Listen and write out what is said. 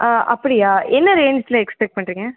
ஆ அப்படியா என்ன ரேஞ்ச்யில் எக்ஸ்பெக்ட் பண்ணுறீங்க